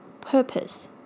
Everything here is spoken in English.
purpose